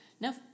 no